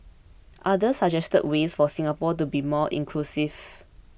others suggested ways for Singapore to be more inclusive